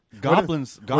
Goblins